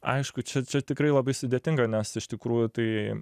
aišku čia čia tikrai labai sudėtinga nes iš tikrųjų tai